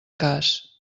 cas